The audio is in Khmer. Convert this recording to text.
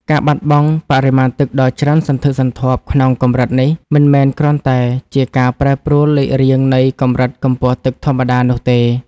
ការបាត់បង់បរិមាណទឹកដ៏ច្រើនសន្ធឹកសន្ធាប់ក្នុងកម្រិតនេះ មិនមែនគ្រាន់តែជាការប្រែប្រួលលេខរៀងនៃកម្រិតកម្ពស់ទឹកធម្មតានោះទេ។